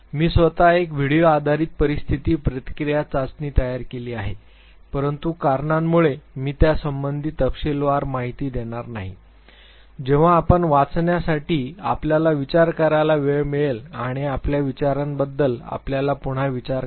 मी स्वतः एक व्हिडिओ आधारित परिस्थिती प्रतिक्रिया चाचणी तयार केली आहे परंतु कारणांमुळे मी त्यासंबंधी तपशीलवार माहिती देणार नाही जेव्हा आपण वाचण्यासाठी आपल्याला विचार करायला वेळ मिळेल आणि आपल्या विचारांबद्दल आपल्याला पुन्हा विचार करा